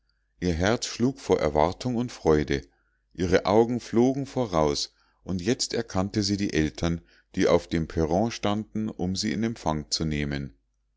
ihr herz schlug vor erwartung und freude ihre augen flogen voraus und jetzt erkannte sie die eltern die auf dem perron standen um sie in empfang zu nehmen